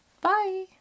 Bye